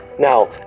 Now